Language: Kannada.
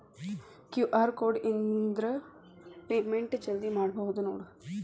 ಕ್ಯೂ.ಆರ್ ಕೋಡ್ ಇದ್ರ ಪೇಮೆಂಟ್ ಜಲ್ದಿ ಮಾಡಬಹುದು ನೋಡ್